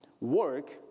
work